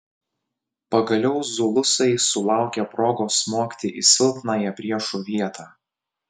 pagaliau zulusai sulaukė progos smogti į silpnąją priešų vietą